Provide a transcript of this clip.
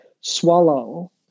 swallow